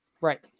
Right